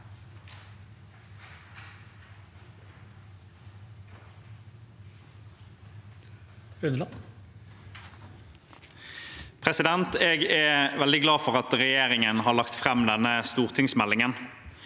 Jeg er vel- dig glad for at regjeringen har lagt fram denne stortingsmeldingen,